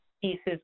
pieces